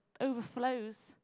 overflows